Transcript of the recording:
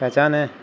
پہچانے